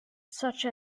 such